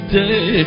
day